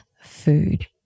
food